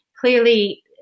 clearly